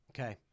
Okay